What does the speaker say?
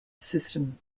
system